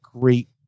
great